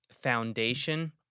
foundation